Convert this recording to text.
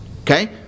okay